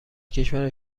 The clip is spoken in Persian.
کشور